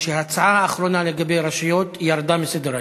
שההצעה האחרונה לגבי הרשויות ירדה מסדר-היום.